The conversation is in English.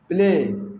play